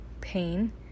pain